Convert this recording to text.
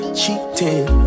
cheating